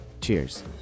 cheers